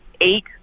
eight